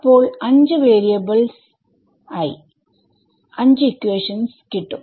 അപ്പോൾ 5 വാരിയബ്ൾസ് ആയി 5 ഇക്വേഷൻസ് കിട്ടും